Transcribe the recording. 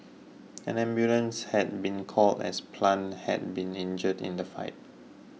an ambulance had been called as Plant had been injured in the fight